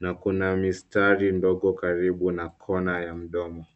na kuna mistari ndogo karibu na kona ya mdomo.